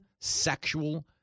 sexual